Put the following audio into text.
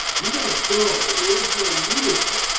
we got to go, but there is no leadership,